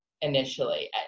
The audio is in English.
initially